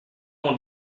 mon